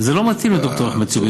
אבל זה לא מתאים לד"ר אחמד טיבי,